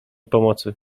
pomocy